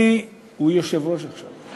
הוא יושב-ראש עכשיו.